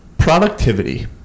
Productivity